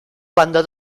cuando